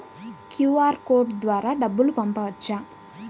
QR code ద్వారా డబ్బులు పంపవచ్చా?